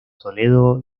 toledo